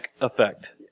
effect